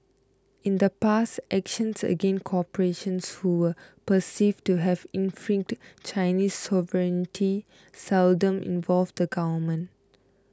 in the past actions against corporations who were perceived to have infringed Chinese sovereignty seldom involved the government